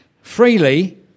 Freely